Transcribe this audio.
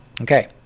okay